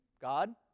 God